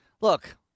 look